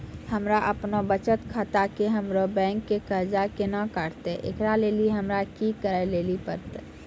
हमरा आपनौ बचत खाता से हमरौ बैंक के कर्जा केना कटतै ऐकरा लेली हमरा कि करै लेली परतै?